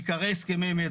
עיקרי הסכם red